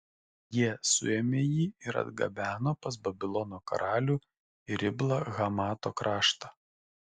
jie suėmė jį ir atgabeno pas babilono karalių į riblą hamato kraštą